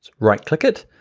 right-click it.